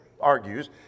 argues